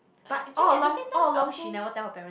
but all along all along she never tell her parents